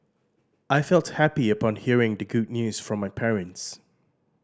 I felt happy upon hearing the good news from my parents